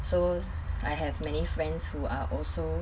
so I have many friends who are also